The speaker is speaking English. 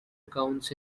accounts